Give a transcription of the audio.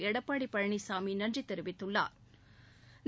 எடப்பாடி பழனிசாமி நன்றி தெரிவித்துள்ளாா்